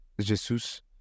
Jesus